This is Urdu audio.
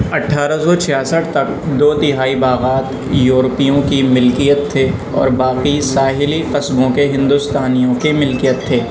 اٹھارہ سو چھیاسٹھ تک دو تہائی باغات یورپیوں کی ملکیت تھے اور باقی ساحلی قصبوں کے ہندوستانیوں کے ملکیت تھے